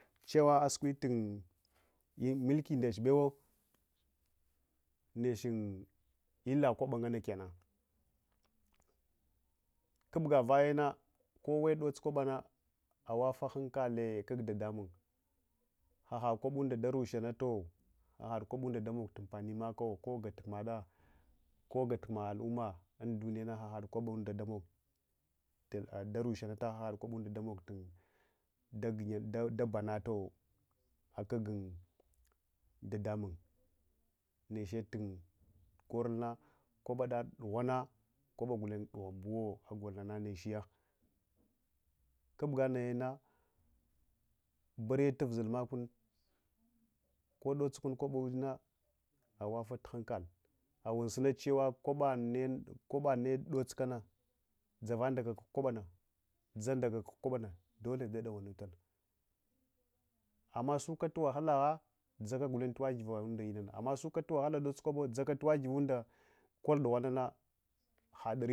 Cewa nakwitun mulki ndech bewa nechun illa kwaba nganna kennan kubga vayena kowe dotsutukwabana awafatu hankale akdadamun ahakwabunda darushanata ahad kwabunda damogtu ampani makako gattumada, gogattuma au umma undumyana ahad kwabunda darushanata ahad kwabunda nda banato akag dadamun neche tun korulna kwabana dughuwano kwaban dughi anbuwo agolnana nechiye kubga nayena barriyi tuvzul makun ko dotsukun kwaba awafatu hankal, awunsuna chewa kwabane kwabina dotsukana, dzavandakaka kwabana, dzandakaka kwabana dole dadawanatal amma sukatuwahalaha dzaka ngulen tawagirdugha ana amma sukatuwahala dodsutukwaba dzakatuwagivunda koldughwan na had rib.